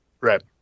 Right